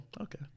okay